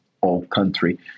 all-country